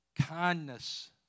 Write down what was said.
kindness